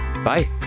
Bye